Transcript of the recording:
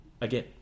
Again